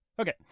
Okay